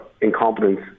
incompetence